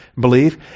believe